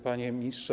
Panie Ministrze!